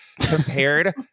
compared